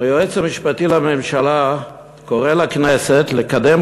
היועץ המשפטי לממשלה קורא לכנסת לקדם